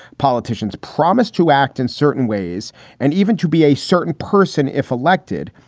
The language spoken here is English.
politicians promise to act in certain ways and even to be a certain person if elected.